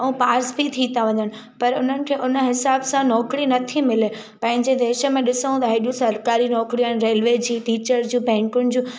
ऐं पास बि थी था वञनि पर उन्हनि खे उन हिसाब सां नौकिरी नथी मिले पंहिंजे देश में ॾिसूं त एड़ियूं सरकारी नौकिरी आहिनि रेलवे जी टीचर जूं बैंकुनि जूं